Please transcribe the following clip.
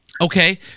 Okay